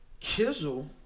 Kizzle